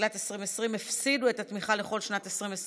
בתחילת 2020 הפסידו את התמיכה לכל שנת 2020,